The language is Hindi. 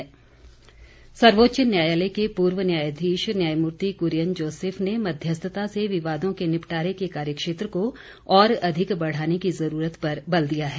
कुरियन सर्वोच्च न्यायालय के पूर्व न्यायाधीश न्यायमूर्ति कुरियन जोसेफ ने मध्यस्थता से विवादों के निपटारे के कार्यक्षेत्र को और अधिक बढ़ाने की ज़रूरत पर बल दिया है